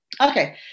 Okay